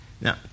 Now